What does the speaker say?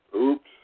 Oops